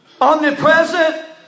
omnipresent